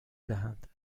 دهند